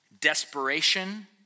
desperation